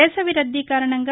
వేసవి రద్దీ కారణంగా